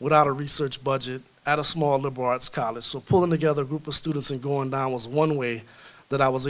without a research budget at a small liberal arts college so pulling together group of students and going down was one way that i was